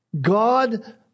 God